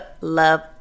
Love